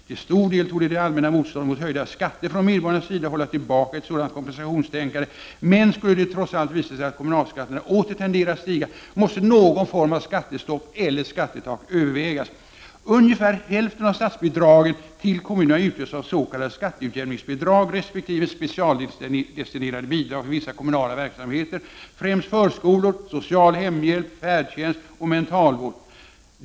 Till stor del torde det allmänna motståndet mot höjda skatter från medborgarnas sida hålla tillbaka ett sådant kompensationstänkande, men skulle det trots allt visa sig att kommunalskatterna åter tenderar att stiga måste någon form av skattestopp eller skattetak övervägas. Ungefär hälften av statsbidragen till kommunerna utgörs av sk skatteutjämningsbidrag respektive specialdestinerade bidrag för vissa kommunala verksamheter, främst förskolor, social hemhjälp, färdtjänst och mentalvård.